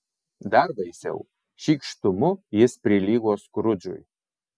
dar baisiau šykštumu jis prilygo skrudžui